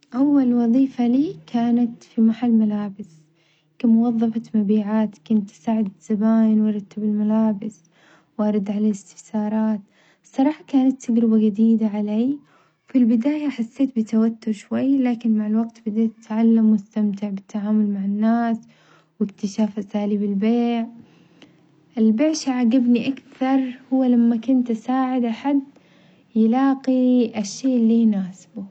أول وظيفة لي كانت في محل ملابس، كموظفة مبيعات كنت أساعد الزباين وأرتب الملابس وأرد على الاستفسارات، الصراحة كانت تجربة جديدة عليّ في البداية حسيت بتوتر شوي لكن مع الوقت بديت أتعلم وأستمتع بالتعامل مع الناس واكتشاف أساليب البيع، البيع شي عجبني أكثر هو لما كنت أساعد حد يلاقي الشيء اللي يناسبه.